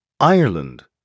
Ireland